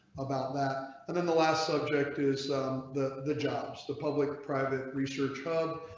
about that. and then the last subject is the the jobs the public private research hub.